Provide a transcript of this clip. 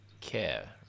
care